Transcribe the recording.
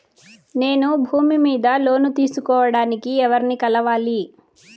నేను భూమి మీద లోను తీసుకోడానికి ఎవర్ని కలవాలి?